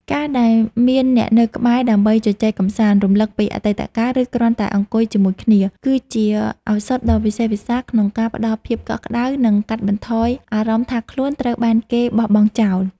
ការដែលមានអ្នកនៅក្បែរដើម្បីជជែកកម្សាន្ត រំលឹកពីអតីតកាល ឬគ្រាន់តែអង្គុយជាមួយគ្នា គឺជាឱសថដ៏វិសេសវិសាលក្នុងការផ្ដល់ភាពកក់ក្ដៅ និងកាត់បន្ថយអារម្មណ៍ថាខ្លួនត្រូវបានគេបោះបង់ចោល។